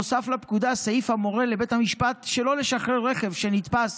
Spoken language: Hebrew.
נוסף לפקודה סעיף המורה לבית המשפט שלא לשחרר רכב שנתפס